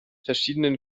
verschiedenen